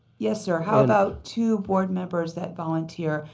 yes, sir. how about two board members that volunteer,